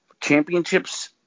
championships